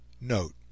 Note